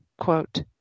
quote